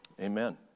Amen